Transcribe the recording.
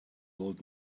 old